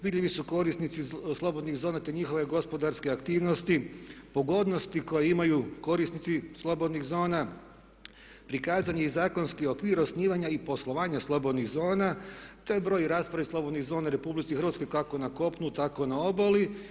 Vidljivi su korisnici slobodnih zona te njihove gospodarske aktivnosti, pogodnosti koje imaju korisnici slobodnih zona, prikazan je i zakonski okvir osnivanja i poslovanja slobodnih zona te broj i raspored slobodnih zona u Republici Hrvatskoj kako na kopnu tako i na obali.